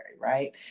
right